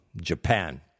Japan